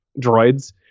droids